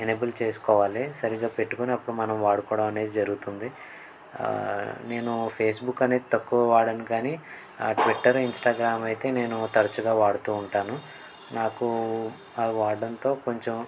enable చేసుకోవాలి సరిగ్గా పెట్టుకుని అప్పుడు మనం వాడుకోవడం అనేది జరుగుతుంది నేను ఫేస్బుక్ అనేది తక్కువ వాడను కానీ ఆ ట్విట్టర్ ఇన్స్టాగ్రామ్ అయితే నేను తరచుగా వాడుతూ ఉంటాను నాకు వాడడంతో కొంచెం